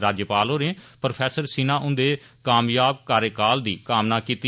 राज्यपाल होरें प्रौफेसर सिन्हा हुंदे कामयाब कार्यकाल दी कामना कीती